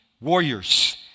Warriors